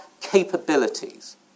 capabilities